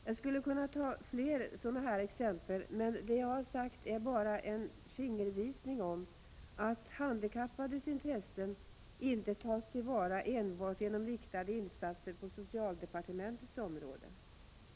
Jag skulle kunna ta fler sådana här exempel, men det jag har sagt är bara en fingervisning om att handikappades intressen inte tas till vara enbart genom riktade insatser på socialdepartementets område.